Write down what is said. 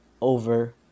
over